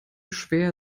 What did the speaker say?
schwer